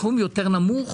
נמוך יותר.